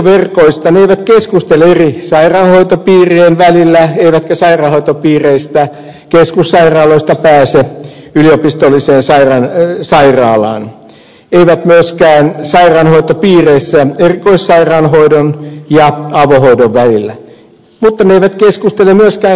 ne eivät keskustele eri sairaanhoitopiirien välillä eivätkä sairaanhoitopiireistä keskussairaaloista pääse yliopistolliseen sairaalaan eivät myöskään toimi sairaanhoitopiireissä erikoissairaanhoidon ja avohoidon välillä mutta ne eivät keskustele myöskään sairaalan sisällä